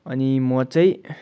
अनि म चाहिँ